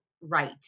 right